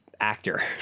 actor